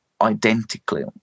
identically